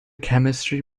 chemistry